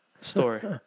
story